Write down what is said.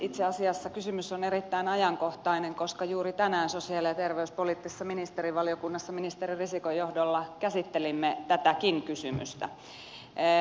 itse asiassa kysymys on erittäin ajankohtainen koska juuri tänään sosiaali ja terveyspoliittisessa ministerivaliokunnassa ministeri risikon johdolla käsittelimme tätäkin kysymystä